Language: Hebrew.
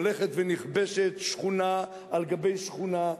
הולכת ונכבשת שכונה אחרי שכונה,